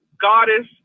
goddess